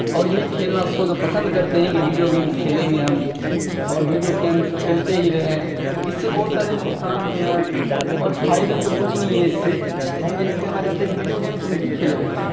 اور یہی کھیلنا پسند کرتے ہیں کہ بیڈیو گیمس کھیلیں گے ہم اور بیڈیو گیمس کھیلتے ہی رہیں اس سے بہت سارے نقصان بھی ہیں اور فائدے تو کچھ نہیں ہیں اس سے تو ہم یہی کہنا چاہتے ہیں کہ ویڈیو گیمس نہیں کھیلیں بچے